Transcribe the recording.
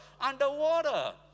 underwater